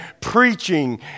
preaching